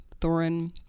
Thorin